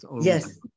Yes